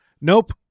Nope